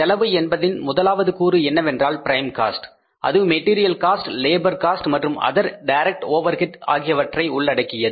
செலவு என்பதின் முதலாவது கூறு என்னவென்றால் பிரைம் காஸ்ட் அது மெட்டீரியல் காஸ்ட் லேபர் காஸ்ட் மற்றும் அதர் டைரக்ட் ஓவர் ஹெட் ஆகியவற்றை உள்ளடக்கியது